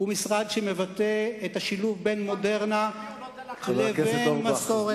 הוא משרד שמבטא את השילוב בין מודרנה לבין מסורת.